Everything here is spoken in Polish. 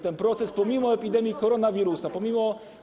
Ten proces pomimo epidemii koronawirusa, pomimo.